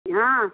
ହଁ